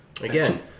again